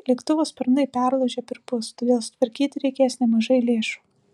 lėktuvo sparnai perlūžę perpus todėl sutvarkyti reikės nemažai lėšų